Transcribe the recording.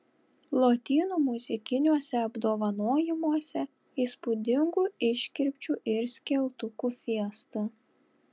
lotynų muzikiniuose apdovanojimuose įspūdingų iškirpčių ir skeltukų fiesta